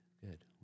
good